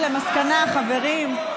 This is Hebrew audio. למסקנה חברים,